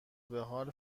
بحال